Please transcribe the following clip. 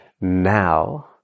now